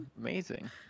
Amazing